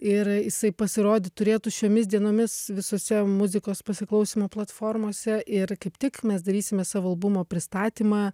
ir jisai pasirodyt turėtų šiomis dienomis visose muzikos pasiklausymo platformose ir kaip tik mes darysime savo albumo pristatymą